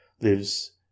lives